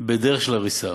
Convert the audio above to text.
בדרך של הריסה.